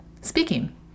speaking